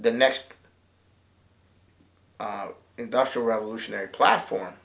the next industrial revolutionary platform